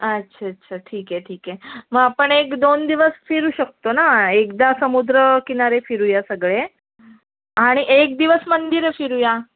अच्छा अच्छा ठीक आहे ठीक आहे मग आपण एक दोन दिवस फिरू शकतो ना एकदा समुद्र किनारे फिरुया सगळे आणि एक दिवस मंदिरं फिरुया